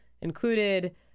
included